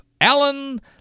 Alan